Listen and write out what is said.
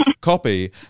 copy